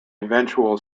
eventual